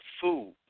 food